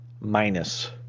minus